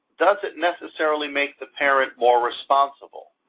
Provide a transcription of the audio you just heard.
does it necessarily make the parent more responsible,